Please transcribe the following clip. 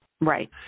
Right